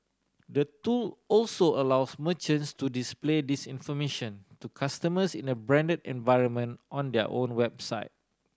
the tool also allows merchants to display this information to customers in a branded environment on their own website